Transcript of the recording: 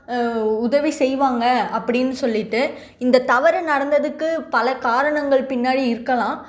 உதவி செய்வாங்க அப்படின்னு சொல்லிவிட்டு இந்த தவறு நடந்ததுக்கு பல காரணங்கள் பின்னாடி இருக்கலாம்